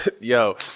Yo